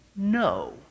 no